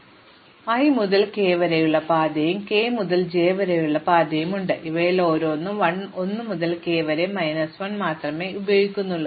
അതിനാൽ എനിക്ക് പാത തകർക്കാൻ കഴിയും അത് i മുതൽ k വരെയുള്ള പാതയും k മുതൽ j വരെയുള്ള പാതയുമാണ് ഇവയിൽ ഓരോന്നും 1 മുതൽ k വരെ മൈനസ് 1 മാത്രമേ ഉപയോഗിക്കുന്നുള്ളൂ